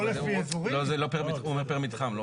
לא, הוא אומר פר מתחם.